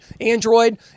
Android